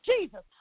Jesus